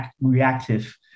reactive